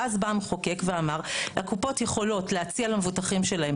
ואז בא המחוקק ואמר הקופות יכולות להציע למבוטחים שלהם,